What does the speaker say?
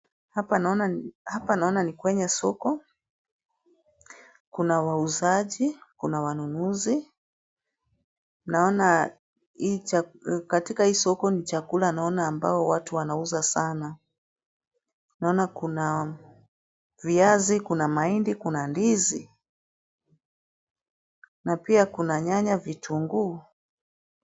hapa naona ni kwenye soko, kuna wauzaji, kuna wanunuzi. Naona hii katika hii soko ni chakula naona ambao watu wanauza sana. Naona kuna viazi, kuna mahindi, kuna ndizi, na pia kuna nyanya vitunguu.